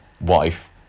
wife